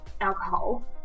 alcohol